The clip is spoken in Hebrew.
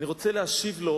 אני רוצה להשיב לו